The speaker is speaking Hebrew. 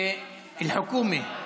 אל-חוכומה,